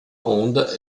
onda